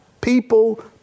people